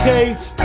Kate